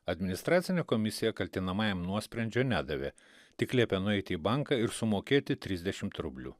administracinė komisija kaltinamajam nuosprendžio nedavė tik liepė nueiti į banką ir sumokėti trisdešimt rublių